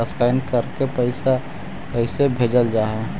Scan करके पैसा कैसे भेजल जा हइ?